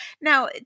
Now